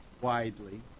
widely